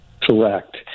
correct